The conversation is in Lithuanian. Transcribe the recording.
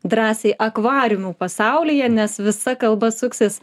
drąsiai akvariumų pasaulyje nes visa kalba suksis